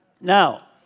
Now